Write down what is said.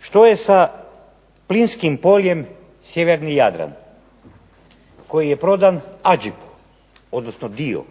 Što je sa plinskim poljem Sjeverni Jadran koji je prodan AGIP-u odnosno dio,